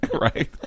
Right